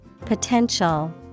Potential